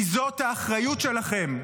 כי זאת האחריות שלכם,